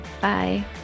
Bye